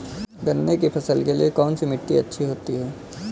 गन्ने की फसल के लिए कौनसी मिट्टी अच्छी होती है?